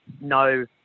no